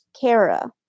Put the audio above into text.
Kara